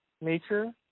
nature